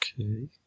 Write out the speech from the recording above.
Okay